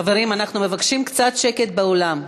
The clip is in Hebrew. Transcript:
חברים, אנחנו מבקשים קצת שקט באולם.